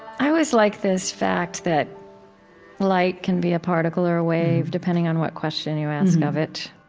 i always like this fact that light can be a particle or a wave depending on what question you ask of it